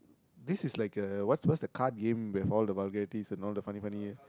this is like a what's what's the card game with all the vulgarities and all the funny funny ah